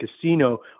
casino